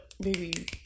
baby